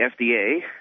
FDA